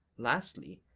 lastly,